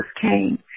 came